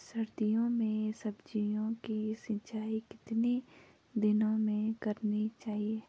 सर्दियों में सब्जियों की सिंचाई कितने दिनों में करनी चाहिए?